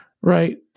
right